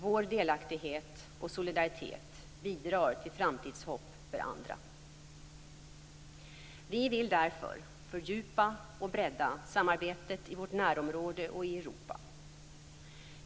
Vår delaktighet och solidaritet bidrar till framtidshopp för andra. Vi vill därför fördjupa och bredda samarbetet i vårt närområde och Europa.